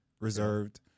reserved